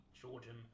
Georgian